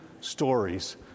stories